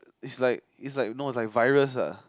it's like it's like no it's like virus ah